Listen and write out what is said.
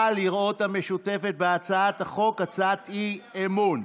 לראות המשותפת בהצעת החוק הצעת אי-אמון.